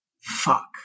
Fuck